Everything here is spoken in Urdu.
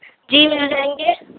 جی مل جائیں گے